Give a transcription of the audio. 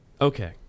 Okay